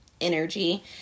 energy